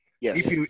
Yes